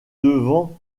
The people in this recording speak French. devant